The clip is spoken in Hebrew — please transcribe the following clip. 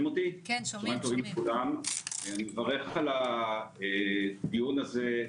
אני מברך על הדיון הזה.